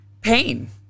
pain